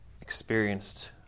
experienced